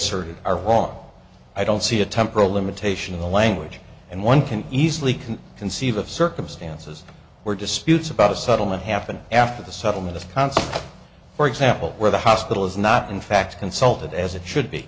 asserted are wrong i don't see a temporal limitation in the language and one can easily can conceive of circumstances where disputes about a settlement happened after the settlement of concert for example where the hospital is not in fact consulted as it should be